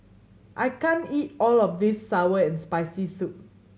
I can't eat all of this sour and Spicy Soup